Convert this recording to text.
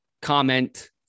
comment